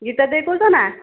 ଗୀତା ଦେଇ କହୁଛ ନା